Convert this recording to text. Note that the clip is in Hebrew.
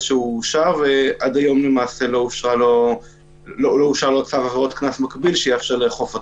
שהוא אושר ועד היום לא אושר לו צו עבירות קנס מקביל שיאפשר לאכוף אותו.